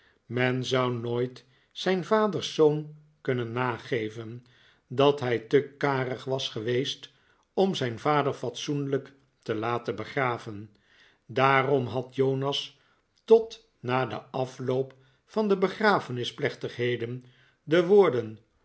men zou nooit zijn vaders zoon kunnen nageven dat hij te karig was geweest om zijn vader fatsoenlijk te laten begraven daarom had jonas tot na den afloop van de begrafenispleehtigheden de woorden